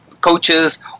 coaches